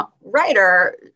writer